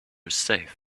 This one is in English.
safe